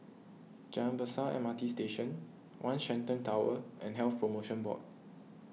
Jalan Besar M R T Station one Shenton Tower and Health Promotion Board